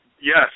Yes